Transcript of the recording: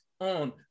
on